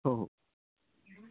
हो हो